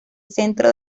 centro